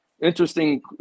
interesting